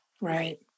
Right